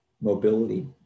mobility